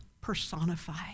personified